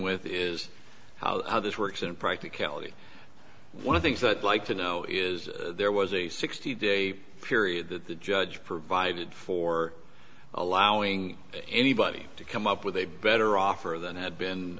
with is how this works in practicality one of things that like to know is there was a sixty day period that the judge provided for allowing anybody to come up with a better offer than had been